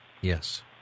Yes